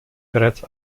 bereits